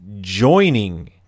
joining